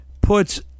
puts